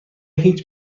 هیچ